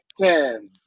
Ten